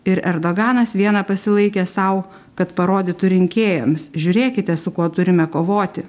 ir erdoganas vieną pasilaikė sau kad parodytų rinkėjams žiūrėkite su kuo turime kovoti